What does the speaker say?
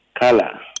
Color